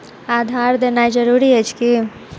आधार देनाय जरूरी अछि की?